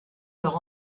leur